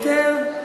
ויתר.